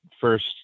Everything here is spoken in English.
first